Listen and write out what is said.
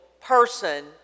person